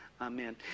Amen